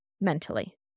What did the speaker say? mentally